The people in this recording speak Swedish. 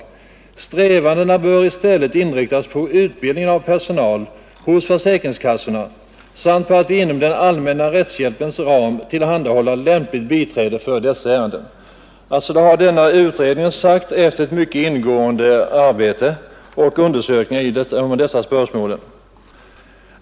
Strävandena bör i stället inriktas på utbildningen av personal hos försäkringskassorna samt på att inom den allmänna rättshjälpens ram tillhandahålla lämpligt biträde för dessa ärenden.” Detta har utredningen alltså sagt efter mycket ingående arbete och undersökningar rörande dessa spörsmål.